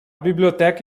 biblioteca